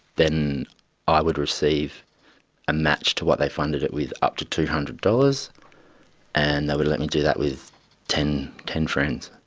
then i would receive a match to what they funded it with up to two hundred dollars and they would let me do that with ten ten friends.